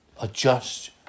Adjust